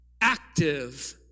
active